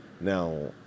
Now